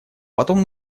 потом